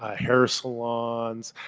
ah hair salons,